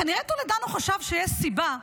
כנראה שטולדנו חשב שיש סיבה,